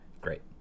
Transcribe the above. great